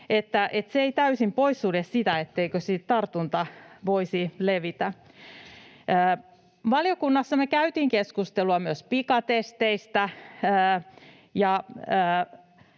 se ei täysin poissulje sitä, etteikö tartunta voisi levitä. Valiokunnassa me käytiin keskustelua myös pikatesteistä,